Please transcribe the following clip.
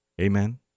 Amen